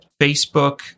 Facebook